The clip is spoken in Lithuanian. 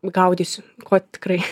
gaudysiu ko tikrai